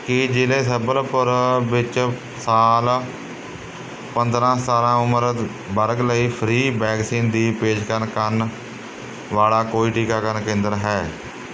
ਕੀ ਜ਼ਿਲ੍ਹੇ ਸੰਬਲਪੁਰ ਵਿੱਚ ਸਾਲ ਪੰਦਰਾਂ ਸਤਾਰਾਂ ਉਮਰ ਵਰਗ ਲਈ ਫ੍ਰੀ ਵੈਕਸੀਨ ਦੀ ਪੇਸ਼ਕਸ਼ ਕਰਨ ਵਾਲ਼ਾ ਕੋਈ ਟੀਕਾਕਰਨ ਕੇਂਦਰ ਹੈ